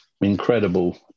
incredible